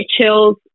chills